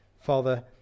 Father